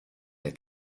der